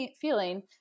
feeling